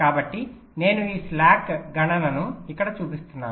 కాబట్టి నేను ఈ స్లాక్ గణనను ఇక్కడ చూపిస్తున్నాను